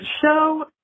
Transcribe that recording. show